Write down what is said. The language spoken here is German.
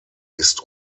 ist